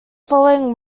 following